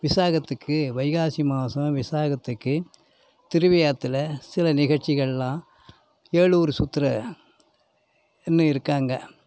விசாகத்துக்கு வைகாசி மாதம் விசாகத்துக்கு திருவையாத்தில் சில நிகழ்ச்சிகள் எல்லாம் ஏழு ஊர் சுற்றுல இன்னும் இருக்காங்க